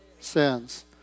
sins